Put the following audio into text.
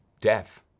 death